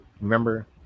Remember